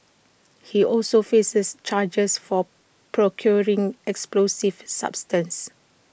he also faces charges for procuring explosive substances